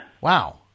Wow